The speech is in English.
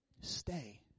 Stay